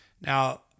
Now